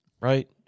right